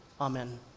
amen